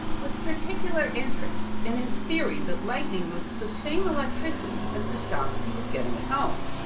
with particular interest in his theory that lightning was the same electricity as the shocks he was getting at home.